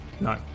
No